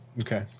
Okay